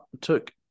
took